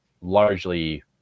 largely